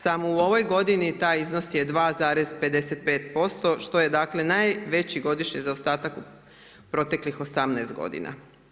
Samo u ovoj godini taj iznos je 2,55% što je dakle, najveći godišnji zaostatak proteklih 18 godina.